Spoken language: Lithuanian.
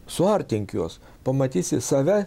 suartink juos pamatysi save